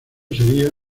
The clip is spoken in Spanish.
sería